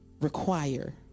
Require